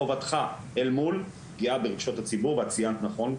חובתך אל מול פגיעה ברגשות הציבור ואת ציינת נכון,